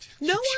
No